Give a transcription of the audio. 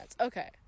Okay